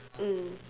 mm